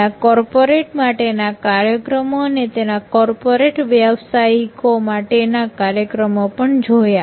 તેના કોર્પોરેટ માટેના કાર્યક્રમો અને તેના કોર્પોરેટ વ્યાવસાયિકો માટે ના કાર્યક્રમો પણ આપણે જોયા